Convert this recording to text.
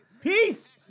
Peace